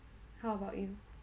how about you